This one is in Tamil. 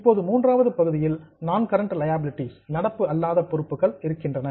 இப்போது மூன்றாவது பகுதியில் நான் கரெண்ட் லியாபிலிடீஸ் நடப்பு அல்லாத பொறுப்புகள் இருக்கின்றன